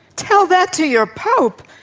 tell that to your pope.